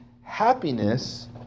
happiness